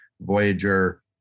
Voyager